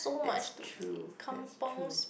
that's true